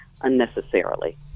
unnecessarily